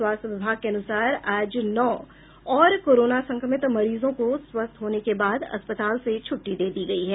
स्वास्थ्य विभाग के अनुसार आज नौ और कोरोना संक्रमित मरीजों को सवस्थ होने के बाद अस्पताल से छुटटी दे दी गई है